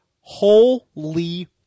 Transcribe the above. holy